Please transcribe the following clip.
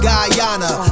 Guyana